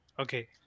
okay